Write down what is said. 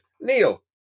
Neil